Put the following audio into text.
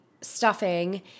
stuffing